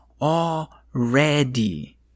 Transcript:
already